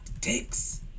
takes